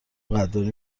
قدردانی